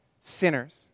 sinners